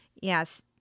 yes